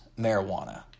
marijuana